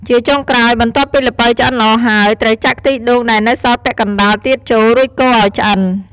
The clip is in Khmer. ជាចុងក្រោយ បន្ទាប់ពីល្ពៅឆ្អិនល្អហើយ ត្រូវចាក់ខ្ទិះដូងដែលនៅសល់ពាក់កណ្តាលទៀតចូល រួចកូរឱ្យឆ្អិន។